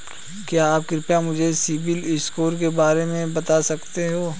क्या आप कृपया मुझे सिबिल स्कोर के बारे में बता सकते हैं?